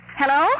hello